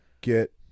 get